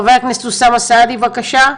חבר הכנסת אוסאמה סעדי, בבקשה.